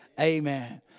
Amen